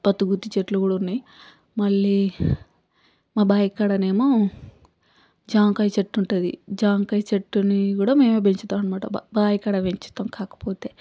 పత్తి గుత్తి చెట్లు కూడా ఉన్నాయి మళ్ళీ మా బావి కడనేమో జామకాయ చెట్టు ఉంటుంది జామకాయ చెట్టుని కూడా మేమే పెంచుతాం అనమాట బావికాడ పెంచుతాం కాకపోతే